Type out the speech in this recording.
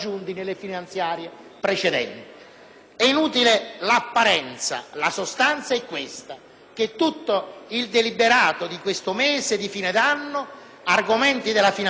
tutto il deliberato di questo mese di fine d'anno, argomento della finanziaria, lo avete inserito in altri decreti che sono stati approvati e che verranno approvati.